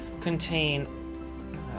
contain